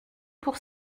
pour